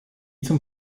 zum